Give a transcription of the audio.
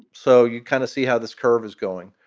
so you kind of see how this curve is going.